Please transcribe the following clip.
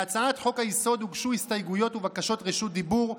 להצעת חוק-היסוד הוגשו הסתייגויות ובקשות רשות דיבור.